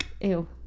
Ew